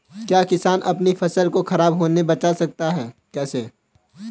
क्या किसान अपनी फसल को खराब होने बचा सकते हैं कैसे?